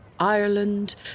Ireland